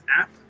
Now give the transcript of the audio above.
app